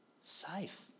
safe